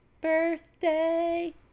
Birthday